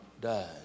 died